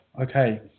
okay